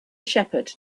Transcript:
shepherd